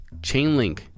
Chainlink